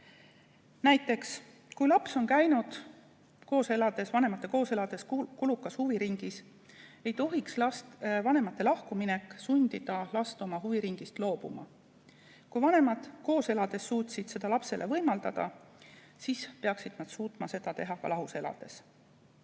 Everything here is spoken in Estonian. Näiteks kui laps on käinud vanemate koos elades kulukas huviringis, ei tohiks vanemate lahkuminek sundida last huviringist loobuma. Kui vanemad koos elades suutsid seda lapsele võimaldada, siis peaksid nad suutma seda teha ka lahus elades.